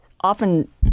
often